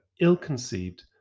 ill-conceived